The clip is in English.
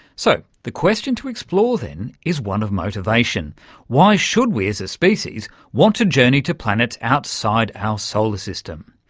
so the question to explore then is one of motivation why should we as a species want to journey to planets outside our solar system?